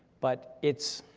but it's.